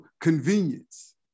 convenience